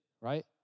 right